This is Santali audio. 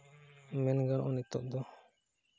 ᱢᱮᱱ ᱜᱟᱱᱚᱜᱼᱟ ᱱᱤᱛᱚᱜ ᱫᱚ